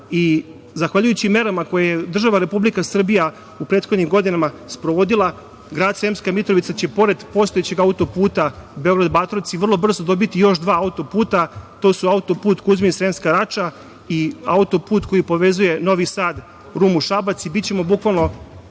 i zahvaljujući merama koje je država Republika Srbija u prethodnim godinama sprovodila grad Sremska Mitrovica će pored postojećeg autoputa Beograd-Batrovci vrlo brzo dobiti još dva autoputa, a to su autoput Kuzmin-Sremska Rača i autoput koji povezuje Novi Sad, Rumu i Šabac. Bićemo bukvalno